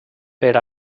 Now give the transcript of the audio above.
per